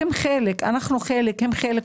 אתם חלק, הם חלק.